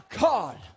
God